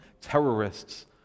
terrorists